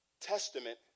Testament